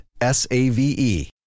S-A-V-E